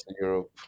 Europe